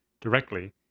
directly